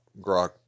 Grok